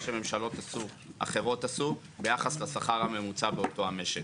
שממשלות אחרות עשו ביחס לשכר הממוצע באותו המשק.